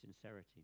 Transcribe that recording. sincerity